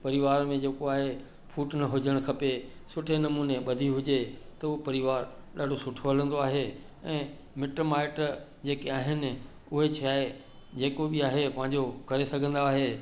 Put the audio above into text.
परिवार में जेको आहे फूट न हुजण खपे सुठे नमूने ॿधी हुजे त उहो परिवार ॾाढो सुठो हलंदो आहे ऐं मिट माइट जेके आहिनि उहे छाहे जेको बि आहे पंहिंजो करे सघंदा आहे